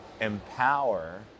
empower